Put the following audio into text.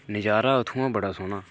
नजारा उत्थूं दा बड़ा सोह्ना